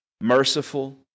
merciful